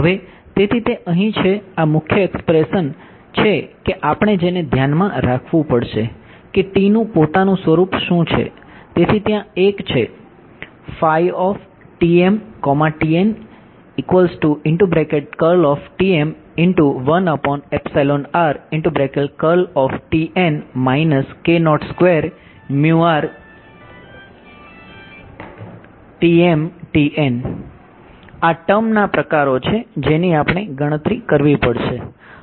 હવે તેથી તે અહીં છે આ મુખ્ય એક્સપ્રેશન છે કે આપણે જેને ધ્યાનમાં રાખવું પડશે કે T નું પોતાનું સ્વરૂપ શું છે